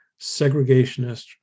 segregationist